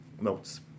notes